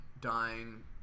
dying